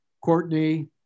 Courtney